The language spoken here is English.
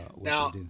Now